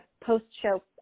post-show